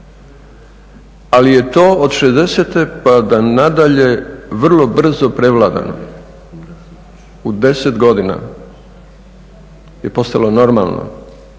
Ali je to od '60.-te pa do nadalje vrlo brzo prevladano, u 10 godina je postalo normalno